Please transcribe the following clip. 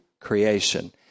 creation